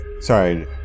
sorry